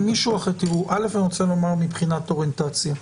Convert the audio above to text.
קודם אני רוצה לומר מבחינת אוריינטציה.